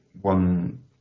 one